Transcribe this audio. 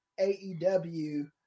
AEW